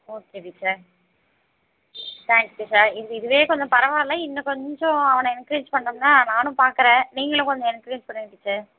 okay teacher thanks teacher இது இதுவே கொஞ்சம் பரவாயில்ல இன்னும் கொஞ்சம் அவனை என்கிரேஜ் பண்ணோம்னா நானும் பாக்கிறேன் நீங்களும் கொஞ்சம் என்கிரேஜ் பண்ணுங்கள் டீச்சர்